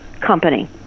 company